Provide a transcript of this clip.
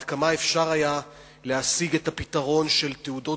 עד כמה אפשר היה להשיג את הפתרון של תעודות